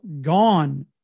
gone